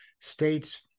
states